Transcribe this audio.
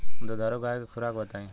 दुधारू गाय के खुराक बताई?